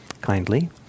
kindly